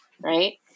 right